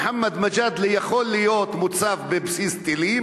מוחמד מג'אדלה יכול להיות מוצב בבסיס טילים